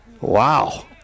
Wow